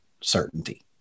certainty